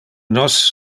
nos